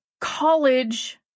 college